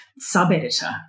sub-editor